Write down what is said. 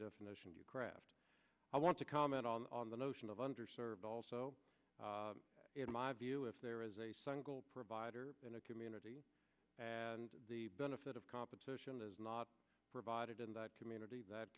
definition you craft i want to comment on the notion of under served also in my view if there is a single provider in a community has the benefit of competition is not provided in that community that